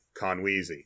Conweezy